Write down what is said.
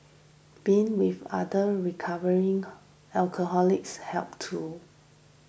being with other recovering alcoholics helped too